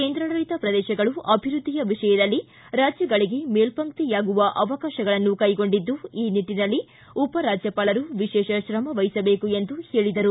ಕೇಂದ್ರಾಡಳಿತ ಪ್ರದೇಶಗಳು ಅಭಿವೃದ್ದಿಯ ವಿಷಯದಲ್ಲಿ ರಾಜ್ಯಗಳಿಗೆ ಮೇಲ್ಪಂಕ್ತಿಯಾಗುವ ಅವಕಾಶಗಳನ್ನು ಕೈಗೊಂಡಿದ್ದು ಈ ನಿಟ್ಟನಲ್ಲಿ ಉಪರಾಜ್ವಪಾಲರು ವಿಶೇಷ ಶ್ರಮ ವಹಿಸಬೇಕು ಎಂದು ಹೇಳಿದರು